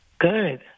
Good